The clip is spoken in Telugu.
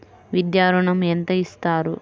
విద్యా ఋణం ఎంత ఇస్తారు?